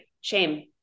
Shame